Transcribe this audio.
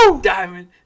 diamond